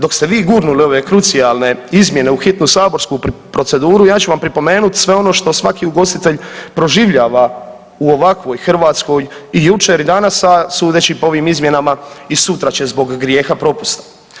Dok ste vi gurnuli ove krucijalne izmjene u hitnu saborsku proceduru ja ću vam pripomenut sve ono što svaki ugostitelj proživljava u ovakvoj Hrvatskoj i jučer i danas, a sudeći po ovim izmjenama i sutra će zbog grijeha propusta.